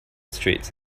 street